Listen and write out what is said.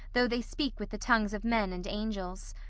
though they speak with the tongues of men and angels.